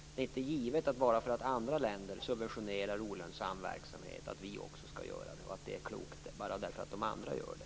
Bara för att andra länder subventionerar olönsam verksamhet är det inte givet att vi också skall göra det och att det är klokt bara därför att de andra länderna gör det.